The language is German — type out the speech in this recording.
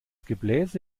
gebläse